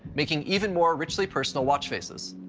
making even more richly personal watch faces.